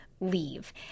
leave